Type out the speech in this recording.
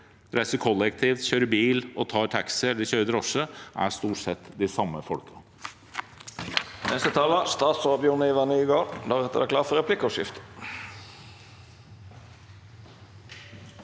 reiser kollektivt, kjører bil og tar taxi eller kjører drosje, stort sett er de samme folkene.